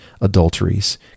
adulteries